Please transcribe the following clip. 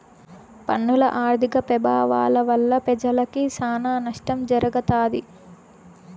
పన్నుల ఆర్థిక పెభావాల వల్ల పెజలకి సానా నష్టం జరగతాది